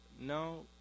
no